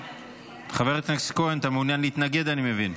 חבר הכנסת כהן, אתה מעוניין להתנגד, אני מבין.